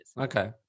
Okay